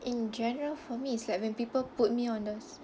in general for me is like when people put me on those